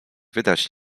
wydać